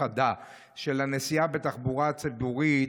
חדה של הנסיעה בתחבורה הציבורית,